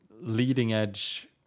leading-edge